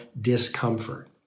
discomfort